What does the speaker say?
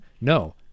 No